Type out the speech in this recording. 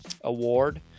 award